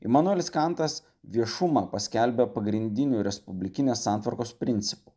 imanuelis kantas viešumą paskelbė pagrindiniu respublikinės santvarkos principu